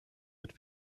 with